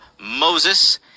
moses